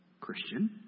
Christian